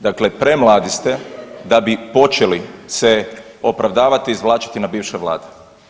Dakle, premladi ste da bi počeli se opravdavati i izvlačiti na bivše vlade.